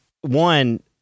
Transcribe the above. one